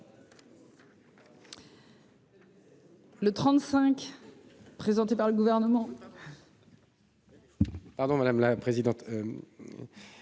18 est présenté par le Gouvernement.